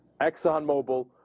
ExxonMobil